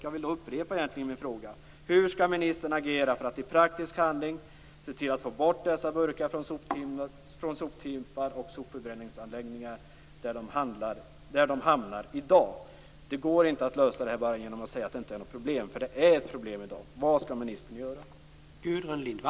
Jag upprepar min fråga: Hur skall ministern agera för att i praktisk handling se till att dessa burkar kommer bort från soptippar och sopförbränningsanläggningar, där de i dag hamnar? Det går inte att lösa detta enbart genom att säga att det inte är fråga om något problem, för det här är ett problem i dag. Vad skall ministern göra?